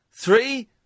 Three